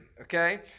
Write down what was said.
Okay